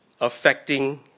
affecting